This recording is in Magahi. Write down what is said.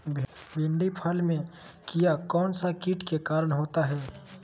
भिंडी फल में किया कौन सा किट के कारण होता है?